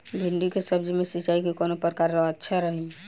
भिंडी के सब्जी मे सिचाई के कौन प्रकार अच्छा रही?